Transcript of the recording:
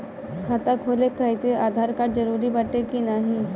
खाता खोले काहतिर आधार कार्ड जरूरी बाटे कि नाहीं?